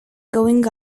going